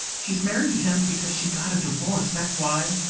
she's married to him because she got a divorce that's why.